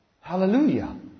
Hallelujah